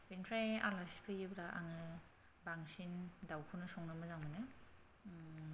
बिनिफ्राय आलासि फैयोबा आङो बांसिन दावखौनो संनो मोजां मोनो